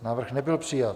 Návrh nebyl přijat.